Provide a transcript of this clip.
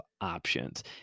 options